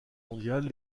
mondiale